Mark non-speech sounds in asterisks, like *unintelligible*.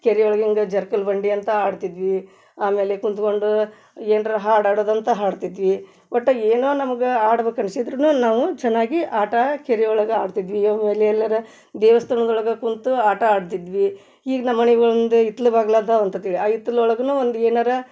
ಕೆರೆ ಒಳ್ಗೆ ಹಿಂಗ ಜಾರ್ಕಲ್ ಬಂಡಿ ಅಂತ ಆಡ್ತಿದ್ವಿ ಆಮೇಲೆ ಕೂತ್ಕೊಂಡು ಏನರ ಹಾಡು ಆಡೋದಂತ ಹಾಡ್ತಿದ್ವಿ ಒಟ್ಟು ಏನೋ ನಮ್ಗೆ ಆಡ್ಬೇಕು ಅನ್ಸಿದ್ರೂ ನಾವು ಚೆನ್ನಾಗಿ ಆಟ ಕೆರೆ ಒಳಗೆ ಆಡ್ತಿದ್ವಿ *unintelligible* ಎಲ್ಲಾರ ದೇವಸ್ಥಾನ್ದ ಒಳ್ಗೆ ಕೂತು ಆಟ ಆಡ್ತಿದ್ವಿ ಈಗ ನಮ್ಮ ಮನಿಗೆ ಒಂದು ಹಿತ್ಲ ಬಾಗ್ಲು ಅದಾವ ಅಂತ ತಿಳಿ ಆ ಹಿತ್ತಲ್ ಒಳಗೂ ಒಂದು ಏನಾರೂ